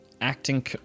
acting